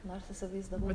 nors įsivaizdavau